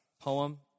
poem